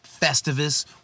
Festivus